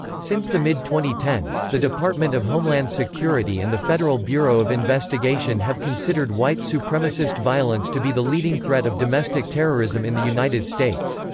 since the mid twenty ten the department of homeland security and the federal bureau of investigation have considered white supremacist violence to be the leading threat of domestic terrorism in the united states.